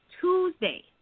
Tuesday